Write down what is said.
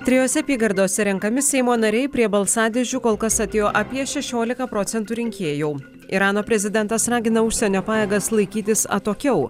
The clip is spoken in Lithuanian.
trijose apygardose renkami seimo nariai prie balsadėžių kol kas atėjo apie šešiolika procentų rinkėjų irano prezidentas ragina užsienio pajėgas laikytis atokiau